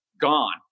gone